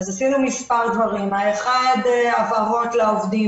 עשינו מספר דברים: האחד הבהרות לעובדים.